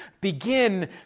begin